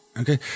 Okay